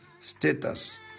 status